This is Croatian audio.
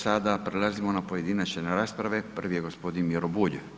Sada prelazimo na pojedinačne rasprave, prvi je gospodin Miro Bulj.